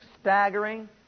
staggering